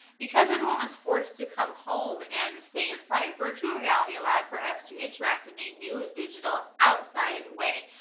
because everyone was forced to come home and stay inside. virtual reality allowed for us to interact in a new, digital outside way.